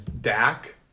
Dak